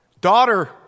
Daughter